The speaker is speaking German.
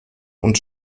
und